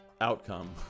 outcome